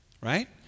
right